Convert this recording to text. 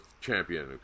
champion